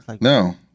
No